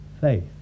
faith